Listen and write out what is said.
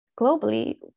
globally